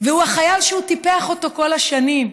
והוא החייל שהוא טיפח כל השנים,